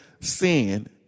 sin